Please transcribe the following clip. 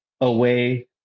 away